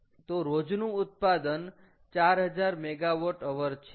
તો રોજનું ઉત્પાદન 4000 MWH છે